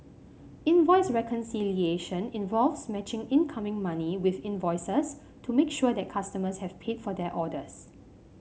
invoice reconciliation involves matching incoming money with invoices to make sure that customers have paid for their orders